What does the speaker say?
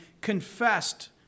confessed